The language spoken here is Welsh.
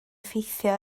effeithio